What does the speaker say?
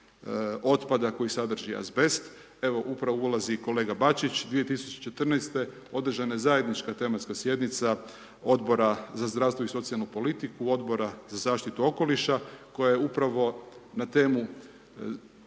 otpada koji sadrži azbest, evo upravo ulazi i kolega Bačić. 2014. održana je zajednička tematska sjednica Odbora za zdravstvo i socijalnu politiku, Odbora za zaštitu okoliša, koja je upravo na temu